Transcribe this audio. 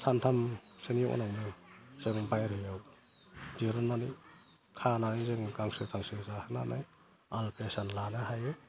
सानथामसोनि उनावसो जों बाहेरायाव दिहुननानै खानानै जोङो गांसो तांसो जाहोनानै आल पैसान लानो हायो